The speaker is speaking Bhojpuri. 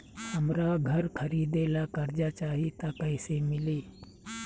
हमरा घर खरीदे ला कर्जा चाही त कैसे मिली?